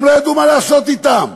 הם לא ידעו מה לעשות אתם,